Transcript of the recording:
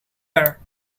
air